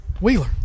Wheeler